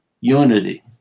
unity